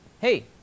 Hey